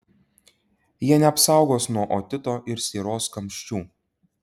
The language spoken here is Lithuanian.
jie neapsaugos nuo otito ir sieros kamščių